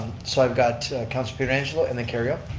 so i've got councillor pietrangelo and then kerrio.